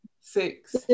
six